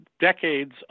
decades